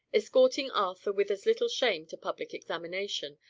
escorting arthur with as little shame to public examination,